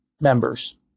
members